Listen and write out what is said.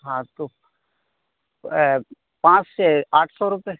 हाँ तो पाँच से आठ सौ रुपयेे